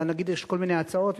לנגיד יש כל מיני הצעות,